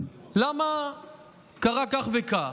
למה קרה כך וכך,